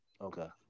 Okay